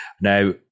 Now